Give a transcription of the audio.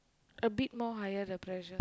a bit more higher the pressure